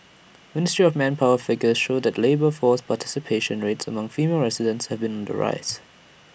ministry of manpower figures show that the labour force participation rates among female residents have been the rise